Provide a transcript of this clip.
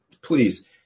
please